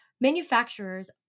manufacturers